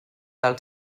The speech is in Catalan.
del